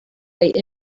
weight